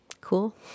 Cool